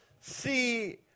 see